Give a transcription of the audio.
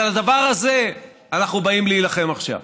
אז על הדבר הזה אנחנו באים להילחם עכשיו,